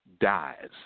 Dies